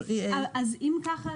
אם כך,